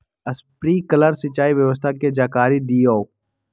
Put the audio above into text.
Sprinkler सिंचाई व्यवस्था के जाकारी दिऔ?